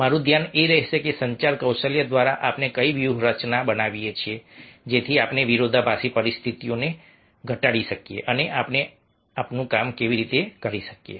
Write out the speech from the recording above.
મારું ધ્યાન એ રહેશે કે સંચાર કૌશલ્ય દ્વારા આપણે કઈ વ્યૂહરચના બનાવીએ છીએ જેથી આપણે વિરોધાભાસી પરિસ્થિતિઓને ઘટાડી શકીએ અને આપણે આપણું કામ કેવી રીતે કરી શકીએ